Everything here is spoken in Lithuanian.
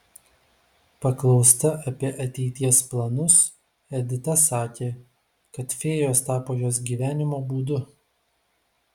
paklausta apie ateities planus edita sakė kad fėjos tapo jos gyvenimo būdu